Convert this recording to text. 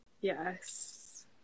yes